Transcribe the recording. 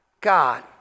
God